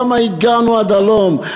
למה הגענו עד הלום,